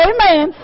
Amen